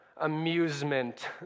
amusement